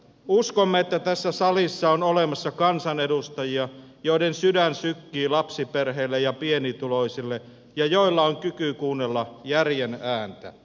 uskomme että tässä salissa on olemassa kansanedustajia joiden sydän sykkii lapsiperheille ja pienituloisille ja joilla on kyky kuunnella järjen ääntä